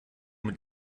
mit